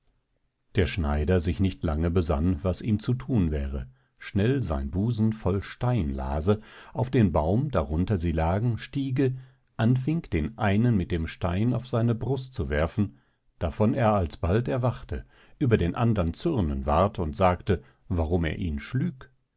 der schneider sich nicht lange besann was ihm zu thun wäre schnell sein busen voll stein lase auf den baum darunter sie lagen stiege anfing den einen mit dem stein auf seine brust zu werfen davon er alsbald erwachte über den andern zürnen ward und sagte warum er ihn schlüg